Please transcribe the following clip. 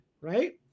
right